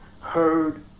heard